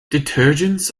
detergents